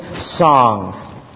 songs